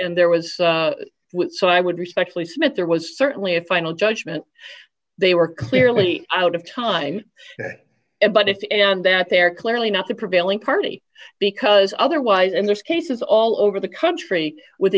and there was so i would respectfully submit there was certainly a final judgment they were clearly out of time but if that they're clearly not the prevailing party because otherwise and there's cases all over the country with